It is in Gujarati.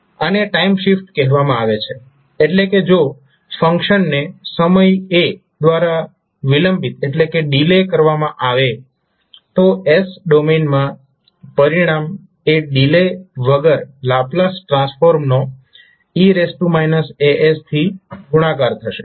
આને ટાઇમ શિફ્ટ કહેવામાં આવે છે એટલે કે જો ફંક્શનને સમય a દ્વારા વિલંબિત ડિલે કરવામાં આવે તો s ડોમેન માં પરિણામ એ ડીલે વગર લાપ્લાસ ટ્રાન્સફોર્મનો e as થી ગુણાકાર થશે